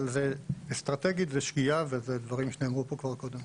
אבל אסטרטגית זה שגיאה וזה דברים שנאמרו פה כבר קודם.